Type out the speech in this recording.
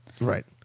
Right